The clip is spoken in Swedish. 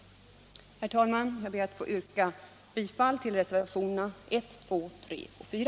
Herr talman! Jag ber att få yrka bifall till reservationerna 1, 2, 3 och 4.